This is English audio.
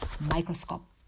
microscope